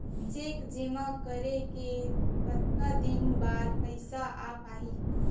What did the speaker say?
Cheque जेमा करे के कतका दिन बाद पइसा आप ही?